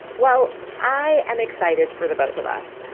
well, i am excited for the both of us.